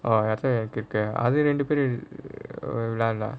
எனக்கு இருக்கு அது நம்ம ரெண்டு பேரு விளையாடலாம்:ennakku irukku athu namma rendu peru vilaiyaadalaam